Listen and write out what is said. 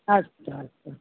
अस्तु अस्तु